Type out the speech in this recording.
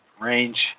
range